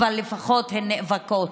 אבל לפחות הן נאבקות.